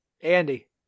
Andy